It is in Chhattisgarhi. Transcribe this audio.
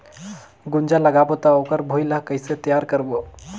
गुनजा लगाबो ता ओकर भुईं ला कइसे तियार करबो?